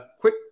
Quick